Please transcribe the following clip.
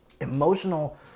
emotional